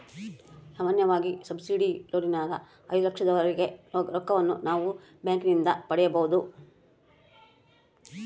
ಸಾಮಾನ್ಯವಾಗಿ ಸಬ್ಸಿಡಿ ಲೋನಿನಗ ಐದು ಲಕ್ಷದವರೆಗೆ ರೊಕ್ಕವನ್ನು ನಾವು ಬ್ಯಾಂಕಿನಿಂದ ಪಡೆಯಬೊದು